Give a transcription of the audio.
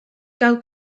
gael